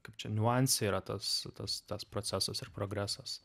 kaip čia niuanse yra tas tas tas procesas ir progresas